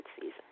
season